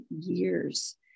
years